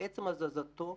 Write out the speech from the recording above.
עצם הזזתו,